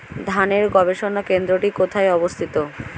ধানের গবষণা কেন্দ্রটি কোথায় অবস্থিত?